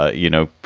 ah you know,